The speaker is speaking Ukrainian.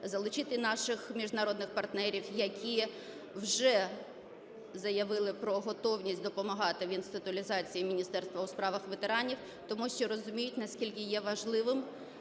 залучити наших міжнародних партнерів, які вже заявили про готовність допомагати в інституалізації Міністерства у справах ветеранів, тому що розуміють наскільки є важливим